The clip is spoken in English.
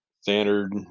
standard